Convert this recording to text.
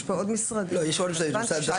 אני יודע שיש עוד ועדות ועוד דיונים, אז אני אשמח.